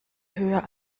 höher